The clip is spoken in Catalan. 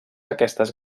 aquestes